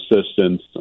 assistance